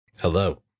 Hello